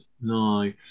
no